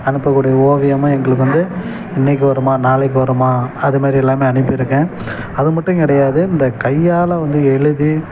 அனுப்புக்கூடிய ஓவியமோ எங்களுக்கு வந்து இன்றைக்கி வருமா நாளைக்கு வருமா அதுமாதிரி எல்லாம் நான் அனுப்பியிருக்கேன் அது மட்டும் கிடையாது இந்த கையால் வந்து எழுதி